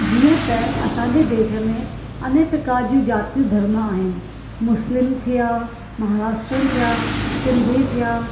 जीअं त असांजे देश मे अनेक प्रकार जी ज़ातियूं धर्म आहिनि मुस्लिम थिया महाराष्ट्रियन थिया सिंधी थिया